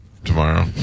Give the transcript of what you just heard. tomorrow